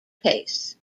pace